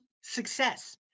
success